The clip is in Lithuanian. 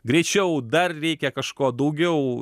greičiau dar reikia kažko daugiau